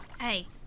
Hey